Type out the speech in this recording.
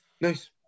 nice